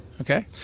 Okay